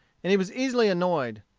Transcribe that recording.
and he was easily annoyed.